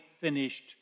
finished